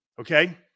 okay